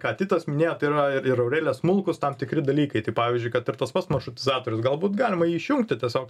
ką titas minėjo tai yra ir aurelija smulkūs tam tikri dalykai tai pavyzdžiui kad ir tas pats maršrutizatorius galbūt galima jį išjungti tiesiog